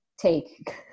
take